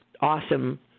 awesome